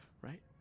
right